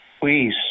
Please